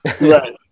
Right